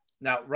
Now